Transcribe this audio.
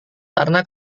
karena